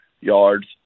yards